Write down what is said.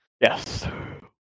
Yes